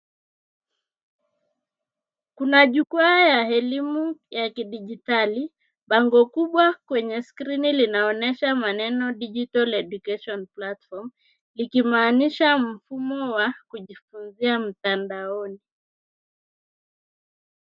Kuna jukwaa ya elimu ya kidijitali. Bango kubwa kwenye skirini linaonyesha maneno, Digital Education Platform , likimaanisha mfumo wa kujifunzia mtandaoni.